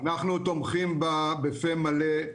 אנחנו תומכים בה בפה מלא.